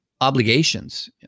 obligations